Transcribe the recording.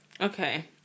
Okay